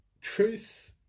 truth